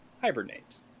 hibernate